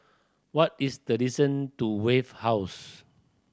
what is the distance to Wave House